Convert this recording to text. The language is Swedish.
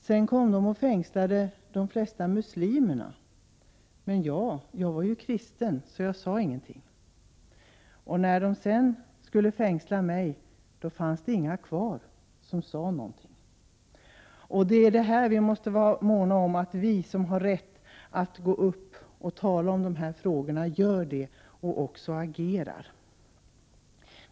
Sedan fängslades de flesta muslimerna. Jag var ju kristen, så jag sade ingenting. När sedan jag skulle fängslas, fanns det ingen kvar som sade något. Vi som har rätt att gå upp och tala om dessa frågor måste vara måna om att 67 göra det och också agera.